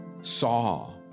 saw